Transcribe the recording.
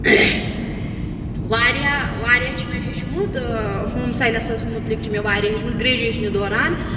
واریاہ واریاہ چھِ مےٚ ہیٚچھمُت ہوم ساینَسَس متعلق چھِ مےٚ واریاہ ہیٚچھمُت گرٛیجویشنہِ دوران